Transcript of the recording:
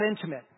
intimate